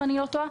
אם אני לא טועה,